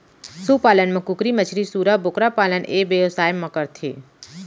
सु पालन म कुकरी, मछरी, सूरा, बोकरा पालन ए बेवसाय म करथे